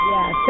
Yes